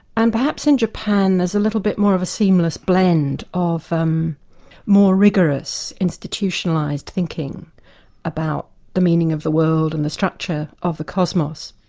and perhaps in japan there's a little bit more of a seamless blend of um more rigorous, institutionalised thinking about the meaning of the world and the structure of the cosmos.